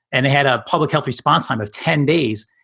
and it had a public health response time of ten days.